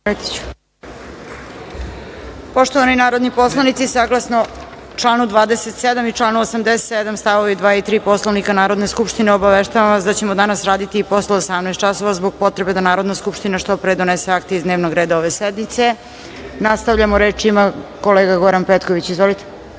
Miletiću. Poštovani narodni poslanici, saglasno članu 27. i članu 87. st. 2 i 3. Poslovnika Narodne skupštine, obaveštavam vas da ćemo danas raditi i posle 18.00 časova zbog potrebe da Narodna skupština što pre donese akte iz dnevnog reda ove sednice. Nastavljamo. Reč ima kolega Goran Petković. Izvolite.